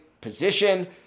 position